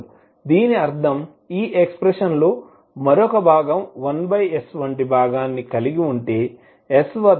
దీని అర్ధం ఈ ఎక్స్ప్రెషన్ లో మరొక భాగం 1s వంటి భాగాన్ని కలిగి ఉంటే s వద్ద ఒక పోల్ 0 కి సమానం